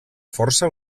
força